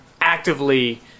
actively